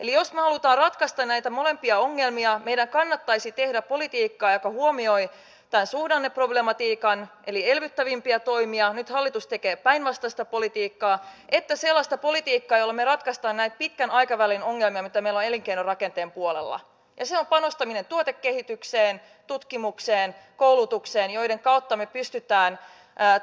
eli jos me haluamme ratkaista näitä molempia ongelmia meidän kannattaisi tehdä sekä politiikkaa joka huomioi tämän suhdanneproblematiikan eli elvyttävämpiä toimia nyt hallitus tekee päinvastaista politiikkaa että sellaista politiikkaa jolla me ratkaisemme näitä pitkän aikavälin ongelmia mitä meillä on elinkeinorakenteen puolella ja se on panostaminen tuotekehitykseen tutkimukseen koulutukseen joiden kautta me pystymme